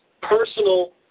personal